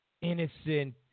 innocent